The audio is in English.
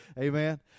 Amen